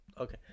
Okay